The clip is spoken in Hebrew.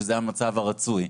שזה המצב הרצוי.